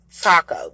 taco